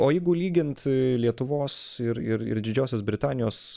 o jeigu lygint lietuvos ir ir ir didžiosios britanijos